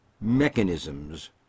mechanisms